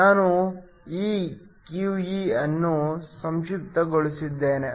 ನಾನು ಈ QE ಅನ್ನು ಸಂಕ್ಷಿಪ್ತಗೊಳಿಸಲಿದ್ದೇನೆ